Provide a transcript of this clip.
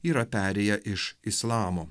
yra perėję iš islamo